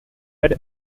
had